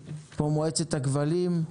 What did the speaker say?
כמו מועצת הכבלים,